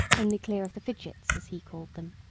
only clear of the fidgets, as he called them.